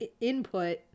input